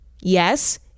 Yes